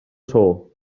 saó